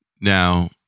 now